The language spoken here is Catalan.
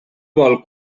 vol